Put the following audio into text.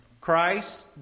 Christ